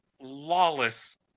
lawless